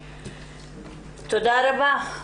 תודה רבה.